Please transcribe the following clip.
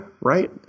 right